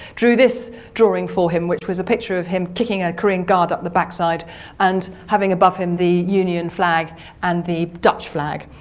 drew this drawing for him which was a picture of him kicking a korean guard up the backside and having above him the union flag and the dutch flag.